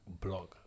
blog